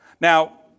Now